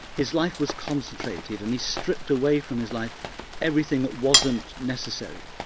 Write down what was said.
his life was concentrated and he stripped away from his life everything that wasn't necessary.